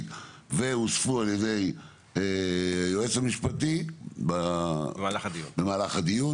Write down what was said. והוספו על ידי היועץ המשפטי במהלך הדיון.